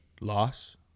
loss